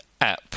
app